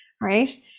right